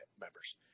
members